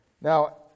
Now